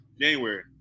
January